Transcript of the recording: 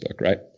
right